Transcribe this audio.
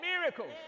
miracles